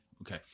Okay